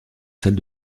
celle